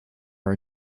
are